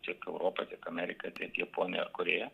tiek europa tiek amerika tiek japonija korėja